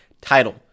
title